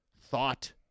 thought